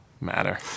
matter